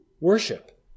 worship